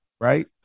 right